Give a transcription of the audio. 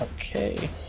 Okay